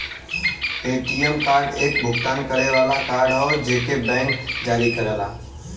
ATM card एक भुगतान करे वाला कार्ड हौ जेके बैंक जारी करेला